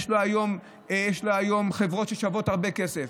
יש לו היום חברות ששוות הרבה כסף.